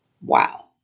Wow